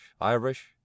Irish